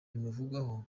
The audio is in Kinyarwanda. bimuvugwaho